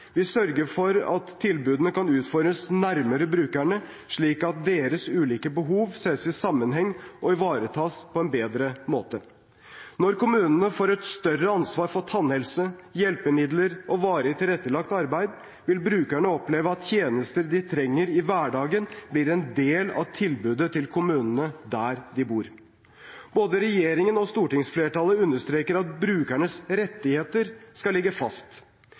Vi sørger for at tilbudene kan utformes nærmere brukerne, slik at deres ulike behov ses i sammenheng og ivaretas på en bedre måte. Når kommunene får et større ansvar for tannhelse, hjelpemidler og varig tilrettelagt arbeid, vil brukerne oppleve at tjenester de trenger i hverdagen, blir en del av tilbudet til kommunen der de bor. Både regjeringen og stortingsflertallet understreker at brukernes rettigheter skal ligge fast.